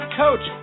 coach